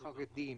החרדים.